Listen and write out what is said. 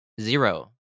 Zero